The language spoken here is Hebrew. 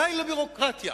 די לביורוקרטיה,